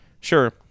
sure